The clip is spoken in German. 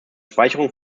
speicherung